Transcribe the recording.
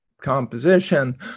composition